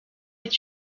est